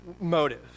motive